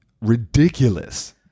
ridiculous